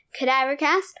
cadavercast